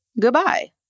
Goodbye